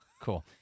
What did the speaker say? Cool